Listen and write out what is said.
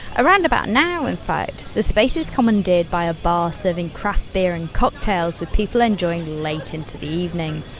around about now in fact, the space is commandeered by a bar serving craft beer and cocktails with people enjoying late into the evening.